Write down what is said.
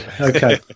Okay